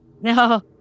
no